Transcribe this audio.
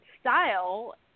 style